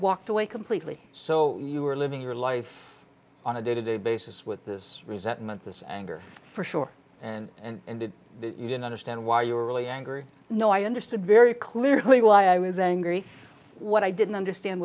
walked away completely so you were living your life on a day to day basis with this resentment this anger for sure and and ended you didn't understand why you were really angry no i understood very clearly why i was angry what i didn't understand